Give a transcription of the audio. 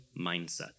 mindset